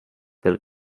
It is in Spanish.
del